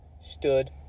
Stood